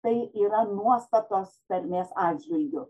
tai yra nuostatos tarmės atžvilgiu